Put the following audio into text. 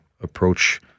approach